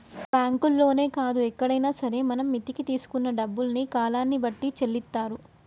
బ్యాంకుల్లోనే కాదు ఎక్కడైనా సరే మనం మిత్తికి తీసుకున్న డబ్బుల్ని కాలాన్ని బట్టి చెల్లిత్తారు